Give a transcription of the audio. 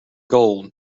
gold